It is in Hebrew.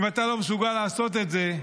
אם אתה לא מסוגל לעשות את זה,